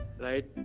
right